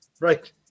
Right